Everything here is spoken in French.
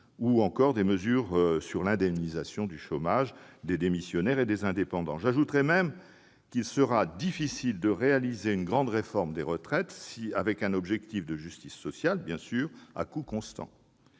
ou encore des mesures relatives à l'indemnisation du chômage des démissionnaires et des indépendants. J'ajouterai même qu'il sera difficile de réaliser une grande réforme des retraites, avec un objectif de justice sociale, à coûts constants.